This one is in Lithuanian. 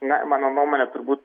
na mano nuomone turbūt